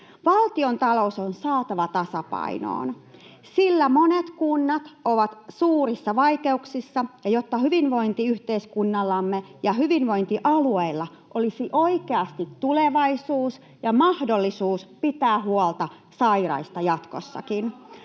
valtiontalous on saatava tasapainoon, jotta hyvinvointiyhteiskunnallamme ja hyvinvointialueilla olisi oikeasti tulevaisuus ja mahdollisuus pitää huolta sairaista jatkossakin.